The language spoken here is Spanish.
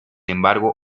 embargo